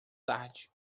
tarde